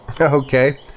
Okay